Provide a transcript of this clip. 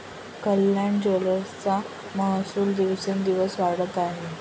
कल्याण ज्वेलर्सचा महसूल दिवसोंदिवस वाढत आहे